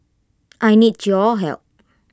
I need your help